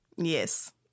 yes